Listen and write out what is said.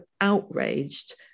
outraged